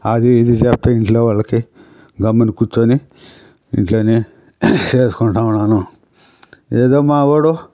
అది ఇది చెప్పి ఇంట్లో వాళ్ళకి గమ్మున కూర్చుని ఇంట్లోనే చేసుకుంటున్నాను ఏదో మా వాడు